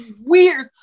weird